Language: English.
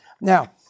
Now